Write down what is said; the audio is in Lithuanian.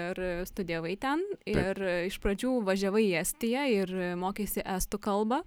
ir studijavai ten ir iš pradžių važiavai į estiją ir mokeisi estų kalbą